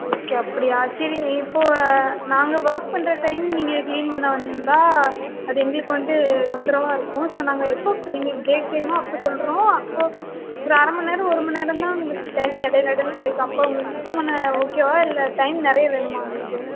okay அப்படியா சரி இப்போ நாங்கள் ஒர்க் பண்ணுற டைம் நீங்கள் கிளீன் பண்ண வந்தால் அது எங்களுக்கு வந்து தொந்தரவாக இருக்கும் ஸோ நாங்கள் எப்போ எங்களுக்கு பிரேக் டைமோ அப்போ சொல்லுறோம் அப்போ ஒரு அரைமண் நேரம் ஒருமண் நேரம் தான் உங்களுக்கு டைம் எடையில எடையில கிடைக்கும் அப்போ உங்களுக்கு சுத்தம் பண்ண ஓகேவாக இல்லை டைம் நிறையா வேணுமா உங்களுக்கு